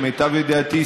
למיטב ידיעתי,